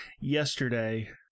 yesterday